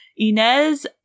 Inez